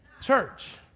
church